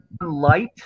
Light